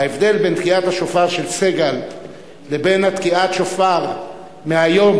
ההבדל בין תקיעת השופר של סגל לבין תקיעת השופר היום,